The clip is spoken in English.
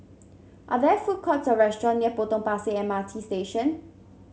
are there food courts or restaurant near Potong Pasir M R T Station